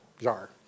jar